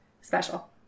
special